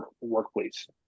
workplace